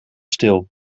stil